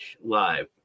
live